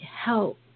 help